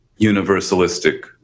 universalistic